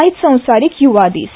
आयज संसारीक य्वा दिस